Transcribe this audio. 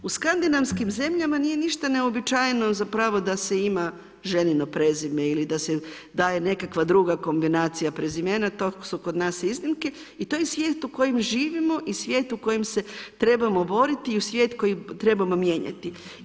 U skandinavskim zemljama nije ništa neuobičajeno zapravo da se ima ženino prezime ili da se daje nekakva druga kombinacija prezimena, to su kod nas iznimke i to je svijet u kojem živimo i svijet u kojem se trebamo boriti i svijet koji trebamo mijenjati.